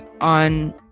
on